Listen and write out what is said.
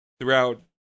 throughout